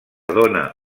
dóna